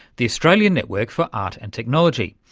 the australian network for art and technology,